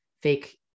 fake